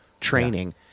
training